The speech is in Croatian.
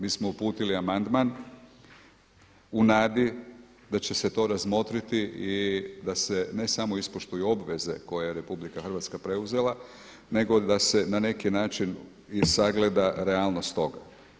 Mi smo uputili amandman u nadi da će se to razmotriti i da se ne samo ispoštuju obveze koje je RH preuzela nego da se na neki način i sagleda realnost toga.